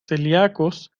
celíacos